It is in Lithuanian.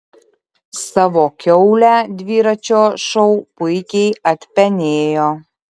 savo kiaulę dviračio šou puikiai atpenėjo